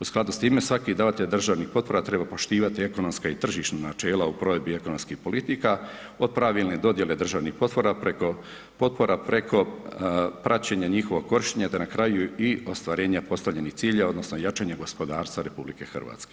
U skladu s time, svaki davatelj državnih potpora treba poštovati ekonomska i tržišna načela u provedbi ekonomskih politika od pravilne dodjele državnih potpora preko praćenja njihovog korištenja te na kraju i ostvarenje postavljenih ciljeva odnosno jačanje gospodarstva RH.